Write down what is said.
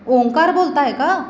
ओंकार बोलत आहे का